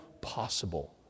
possible